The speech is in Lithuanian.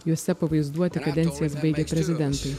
juose pavaizduoti kadencijas baigę prezidentai